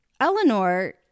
Eleanor